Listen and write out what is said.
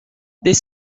des